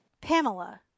Pamela